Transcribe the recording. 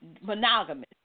monogamous